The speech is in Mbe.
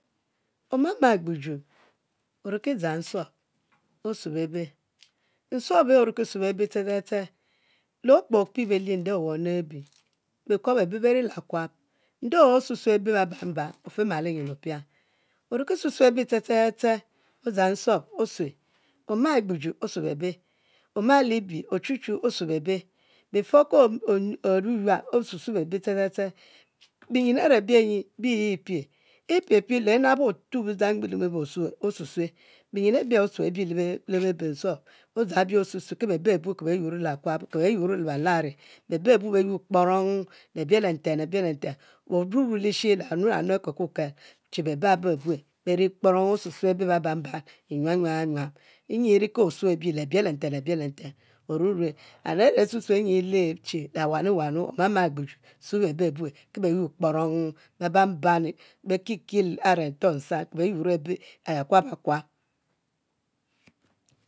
Oma ma e'gbuju ori ki dzanf nsuom osue bene, nsuom yi oriki sue bebe ste ste ste, le okpe opie belie nde owom le e'gbuju beco be-be beri le akuab, nde osue sue be ban ban ofimalo nyin opie oriki susue beh ste ste ste odzang nsuom osue, oma e'gbuju osue be-be oma libie otutue isue be-be, before ke oyu yuab osue be-be ste ste ste, binyin a're bie nyi biye e'pie, e'pie pie le e nabue otuo bi dzang mgbe osue, osusue, binyin abie osue bi nsuom odzang bi osusue ki be-be abue ke beyuro le akuab je be yurile belan, be-be abue be yuor kporong libiel lentue le bilenten, orurue lishe le wanu wanu a'kelkel che be ba br abue ben kprong osusue be-be beban ban nyuam nyuam yuam, nyi ri ke osue ni le bielenten le biwlentwn orurue, and a're asusue e’ nyi e'ley che le wanu wanu omama e’ gbuju susuw be-be abue ke bs yur kporong beban ban be kilkil a'reto nzan ku beyuro abe akuab akuab